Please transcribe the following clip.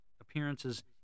appearances